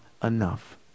enough